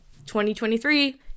2023